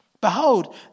Behold